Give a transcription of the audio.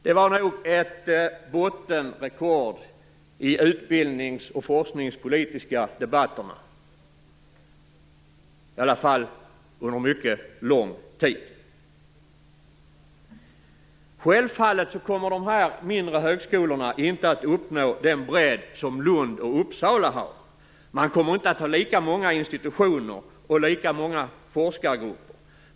Det var nog ett bottenrekord i de utbildnings och forskningspolitiska debatterna, i alla fall på mycket lång tid. Självfallet kommer de mindre högskolorna inte att uppnå den bredd som Lund och Uppsala har. De kommer inte att ha lika många institutioner och lika många forskargrupper.